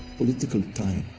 political time,